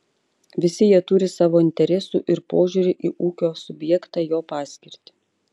visi jie turi savo interesų ir požiūrį į ūkio subjektą jo paskirtį